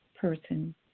person